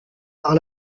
par